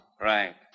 Right